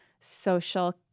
social